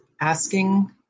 asking